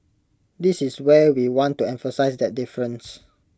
this is where we want to emphasise that difference